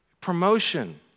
promotion